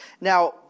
Now